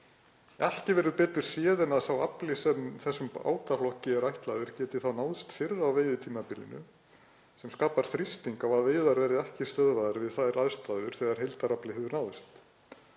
Ekki verður betur séð en að sá afli sem þessum bátaflokki er ætlaður geti þá náðst fyrr á veiðitímabilinu, sem skapar þrýsting á að veiðar verði ekki stöðvaðar við þær aðstæður þegar heildarafli hefur náðst.